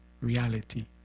reality